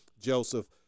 joseph